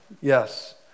yes